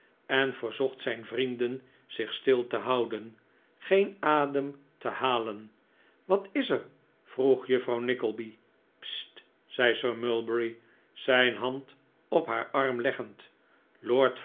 en verzocht zijn vrienden zich stil te houden geen adem te halen wat is er vroeg juffrouw nickleby sst zei sir mulberry zijn hand op haar arm leggend lord